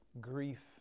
grief